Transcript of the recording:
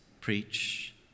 preach